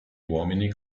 uomini